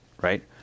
right